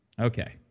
okay